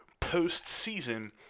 Postseason